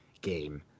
game